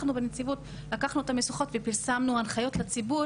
אנחנו בנציבות לקחנו את המושכות ופרסמנו הנחיות לציבור